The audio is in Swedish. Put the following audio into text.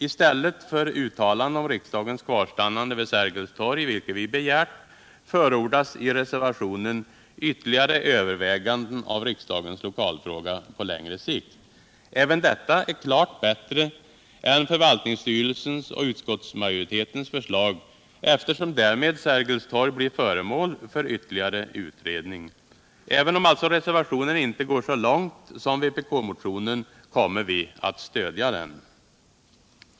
I stället för uttalande om riksdagens kvarstannande vid Sergels torg — vilket vi begärt — förordas i reservationen ytterligare överväganden av riksdagens lokalfråga på längre sikt. Även detta är klart Riksdagens loka frågor på längre Sikt frågor på längre Sikt bättre än förvaltningsstyrelsens och utskottsmajoritetens förslag, eftersom Sergels torg därmed blir föremål för ytterligare utredning. Även om alltså reservationen inte går så långt som vpk-motionen kommer vi aw stödja den.